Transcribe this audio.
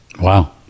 Wow